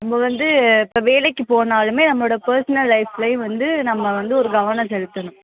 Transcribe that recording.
நம்ம வந்து இப்போ வேலைக்கு போனாலுமே நம்மளோட பெர்சனல் லைஃப்லேயும் வந்து நம்ம வந்து ஒரு கவனம் செலுத்தணும்